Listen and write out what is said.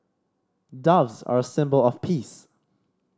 doves are a symbol of peace